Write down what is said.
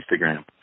Instagram